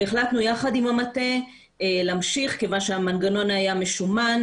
החלטנו יחד עם המטה להמשיך כיוון שהמנגנון היה משומן,